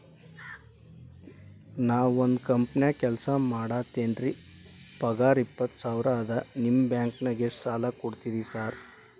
ನಾನ ಒಂದ್ ಕಂಪನ್ಯಾಗ ಕೆಲ್ಸ ಮಾಡಾಕತೇನಿರಿ ಪಗಾರ ಇಪ್ಪತ್ತ ಸಾವಿರ ಅದಾ ನಿಮ್ಮ ಬ್ಯಾಂಕಿನಾಗ ಎಷ್ಟ ಸಾಲ ಕೊಡ್ತೇರಿ ಸಾರ್?